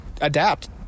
adapt